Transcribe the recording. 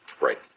Right